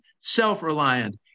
self-reliant